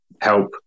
help